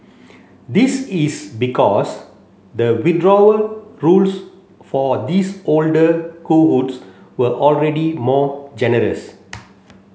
this is because the withdrawal rules for these older cohorts were already more generous